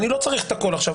אני לא צריך הכול עכשיו,